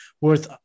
worth